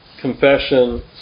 confession